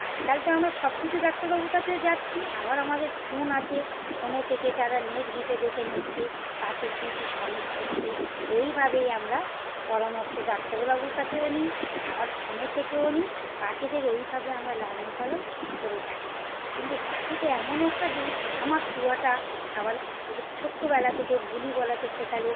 আজকাল তো আমরা সবকিছু ডাক্তারবাবুর কাছেও যাচ্ছি আবার আমাদের ফোন আছে ফোনে থেকে তারা নেট ঘেঁটে দেখে নিচ্ছি পাখির কী কী সমস্যা হচ্ছে এইভাবেই আমরা পরামর্শ ডাক্তারের বাবুর কাছেও নিই আবার ফোনে থেকেও নিই পাখিদের এইভাবে আমরা লালন পালন করে থাকি কিন্তু পাখিটা এমন একটা জিনিস আমার তুয়াটা আবার ওদের ছোট্টবেলা থেকে বুলি বলাতে শেখালে ওরা